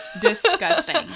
Disgusting